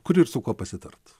kur ir su kuo pasitart